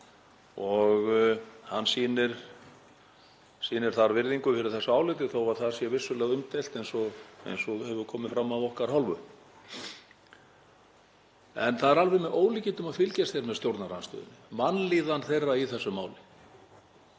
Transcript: Hann sýnir þar virðingu fyrir þessu áliti þó að það sé vissulega umdeilt eins og hefur komið fram af okkar hálfu. En það er alveg með ólíkindum að fylgjast hér með stjórnarandstöðunni, vanlíðan þeirra í þessu máli